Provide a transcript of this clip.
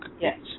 Yes